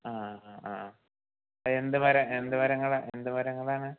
ആ ആ ആ അതെന്ത് മര എന്ത് മരങ്ങളാണ് എന്ത് മരങ്ങളാണ്